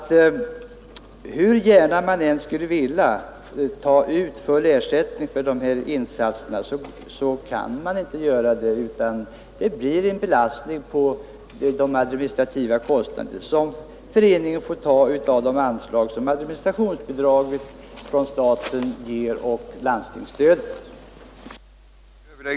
Hur gärna man än skulle vilja ta ut full ersättning för de här insatserna kan man inte göra det, utan de blir en belastning på de administrativa kostnaderna som föreningen får ta av de pengar som administrationsbidraget från staten och landstingsstödet ger. Herr talman!